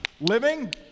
living